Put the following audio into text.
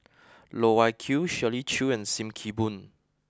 Loh Wai Kiew Shirley Chew and Sim Kee Boon